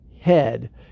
head